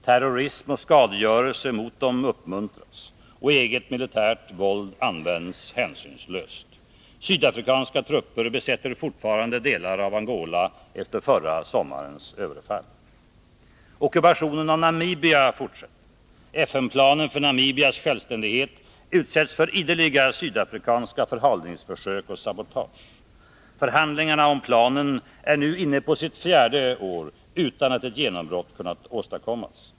Terrorism och skadegörelse mot dem uppmuntras, och eget militärt våld används hänsynslöst. Sydafrikanska trupper besätter fortfarande delar av Angola, efter förra sommarens överfall. Ockupationen av Namibia fortsätter. FN-planen för Namibias självständighet utsätts för ideliga sydafrikanska förhalningsförsök och sabotage. Förhandlingarna om planen är nu inne på sitt fjärde år, utan att ett genombrott kunnat åstadkommas.